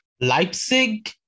Leipzig